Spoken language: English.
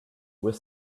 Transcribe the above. were